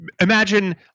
Imagine